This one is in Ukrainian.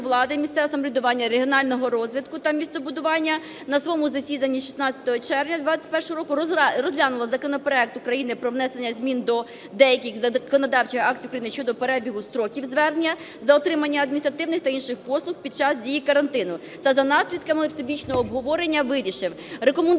місцевого самоврядування, регіонального розвитку та містобудування на своєму засіданні 16 червня 2021 року розглянув законопроект України про внесення змін до деяких законодавчих актів України щодо перебігу строків звернення за отриманням адміністративних та інших послуг під час дії карантину та за наслідками всебічного обговорення вирішив рекомендувати